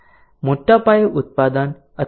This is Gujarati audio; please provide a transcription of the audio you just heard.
મોટા પાયે ઉત્પાદન અથવા સર્વિસ મુશ્કેલ છે